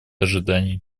ожиданий